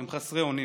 הם חסרי אונים.